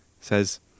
says